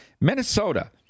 Minnesota